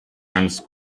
ganz